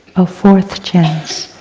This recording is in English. a fourth chance,